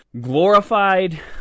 glorified